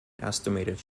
estimated